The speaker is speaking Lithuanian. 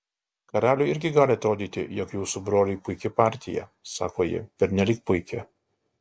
karaliui irgi gali atrodyti jog jūsų broliui puiki partija sako ji pernelyg puiki